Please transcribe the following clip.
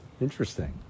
interesting